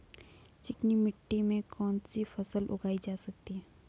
चिकनी मिट्टी में कौन सी फसल उगाई जा सकती है?